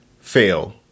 fail